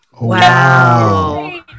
Wow